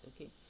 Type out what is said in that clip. okay